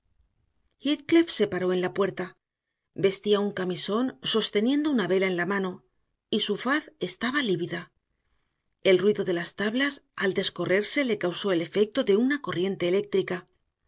se paró en la puerta vestía un camisón sosteniendo una vela en la mano y su faz estaba lívida el ruido de las tablas al descorrerse le causó el efecto de una corriente eléctrica